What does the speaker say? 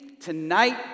tonight